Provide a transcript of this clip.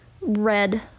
red